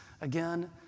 again